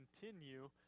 continue